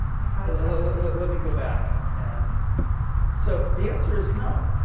like kind of let let me go back. and so the answer is no,